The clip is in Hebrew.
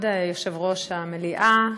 כבוד יושב-ראש הישיבה,